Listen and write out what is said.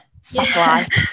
satellite